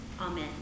Amen